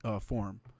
form